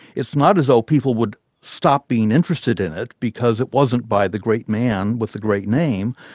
it's not as though people would stop being interested in it because it wasn't by the great man with the great name,